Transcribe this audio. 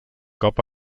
cop